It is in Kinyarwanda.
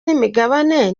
n’imigabane